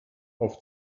auf